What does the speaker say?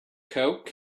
coke